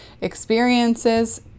experiences